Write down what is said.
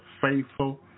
faithful